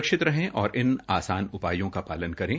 सुरक्षित रहें और इन आसान उपायों का पालन करें